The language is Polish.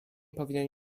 powinien